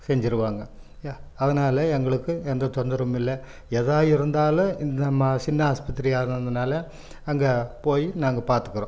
செஞ்சுருவாங்க அதனால் எங்களுக்கு எந்த தொந்தரவுமில்லை ஏதா இருந்தாலும் நம்ம சின்ன ஆஸ்பத்திரியாக இருந்ததினால அங்கே போய் நாங்கள் பார்த்துக்குறோம்